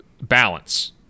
balance